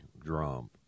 drum